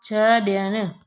छड॒णु